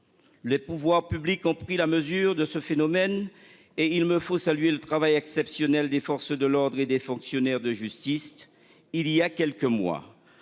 Les pouvoirs publics ont pris la mesure de ce phénomène et il me faut saluer le travail exceptionnel des forces de l'ordre et des fonctionnaires de justice. Il y a quelques mois.